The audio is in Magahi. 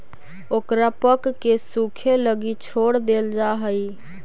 ओकरा पकके सूखे लगी छोड़ देल जा हइ